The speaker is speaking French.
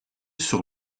sur